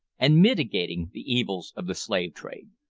and mitigating the evils of the slave-trade.